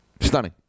Stunning